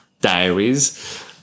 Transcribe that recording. diaries